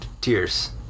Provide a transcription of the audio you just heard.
tears